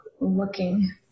looking